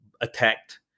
attacked